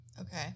okay